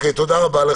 תודה רבה.